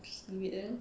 just leave it there